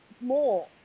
more